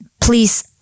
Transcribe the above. please